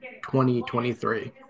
2023